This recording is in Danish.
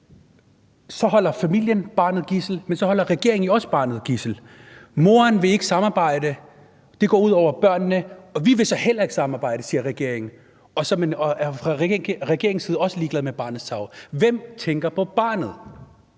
Så holder familien barnet som gidsel, men så holder regeringen jo også barnet som gidsel. Moderen vil ikke samarbejde, det går ud over børnene, og vi vil så heller ikke samarbejde, siger regeringen, og så er man fra regeringens side også ligeglad med barnets tarv. Hvem tænker på barnet?